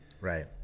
right